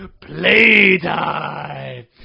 playtime